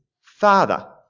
Father